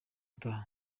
utaha